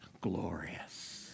glorious